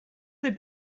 they